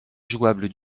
jouable